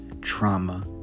trauma